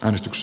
äänestys